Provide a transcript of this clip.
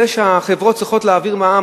זה שהחברות צריכות להעביר מע"מ,